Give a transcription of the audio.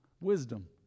Wisdom